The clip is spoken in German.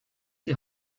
die